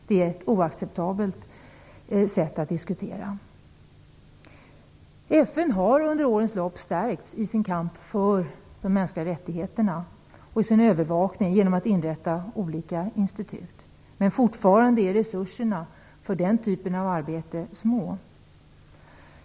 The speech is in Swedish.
Det är ett oacceptabelt sätt att diskutera. FN har under årens lopp stärkts i sin kamp för de mänskliga rättigheterna och i sin övervakning genom att inrätta olika institut. Men fortfarande är resurserna för den typen av arbete små.